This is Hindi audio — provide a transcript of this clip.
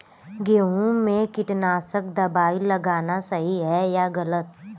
गेहूँ में कीटनाशक दबाई लगाना सही है या गलत?